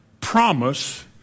promise